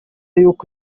y’uko